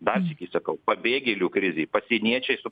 dar sykį sakau pabėgėlių krizėj pasieniečiai su